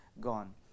gone